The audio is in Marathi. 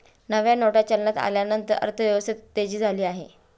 नव्या नोटा चलनात आल्यानंतर अर्थव्यवस्थेत तेजी आली आहे